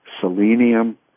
selenium